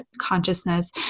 consciousness